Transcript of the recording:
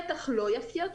ובטח זה לא יפתיע אתכם,